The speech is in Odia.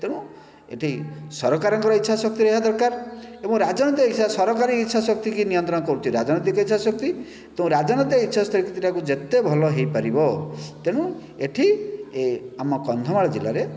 ତେଣୁ ଏଠି ସରକାରଙ୍କ ଇଚ୍ଛା ଶକ୍ତି ରହିବା ଦରକାର ଏବଂ ରାଜନୀତିକ ସରକାରୀ ଇଚ୍ଛା ଶକ୍ତିକୁ ନିୟନ୍ତ୍ରଣ କରୁଛି ରାଜନୀତିକ ଇଚ୍ଛା ଶକ୍ତି ରାଜନୀତିକ ଇଚ୍ଛା ଶକ୍ତିଟା ଯେତେ ଭଲ ହେଇପାରିବ ତେଣୁ ଏଠି ଆମ କନ୍ଧମାଳ ଜିଲ୍ଲାରେ